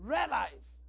Realize